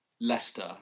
Leicester